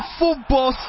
football